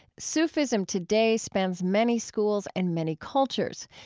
sufism today spans many schools and many cultures.